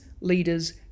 leaders